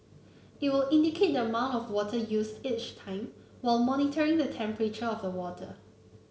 it will indicate the amount of water used each time while monitoring the temperature of the water